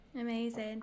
Amazing